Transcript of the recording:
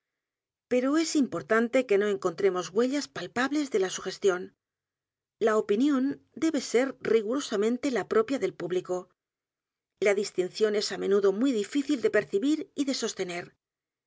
o es importante que no encontremos huellas palpables de la sugestión la opinión debe ser rigurosamente la propia del público la distinción es á menudo muy difícil de percibir y de sostener